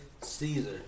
Caesar